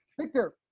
Victor